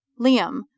Liam